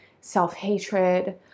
self-hatred